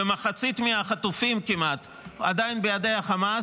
וכמעט מחצית החטופים עדיין בידי החמאס,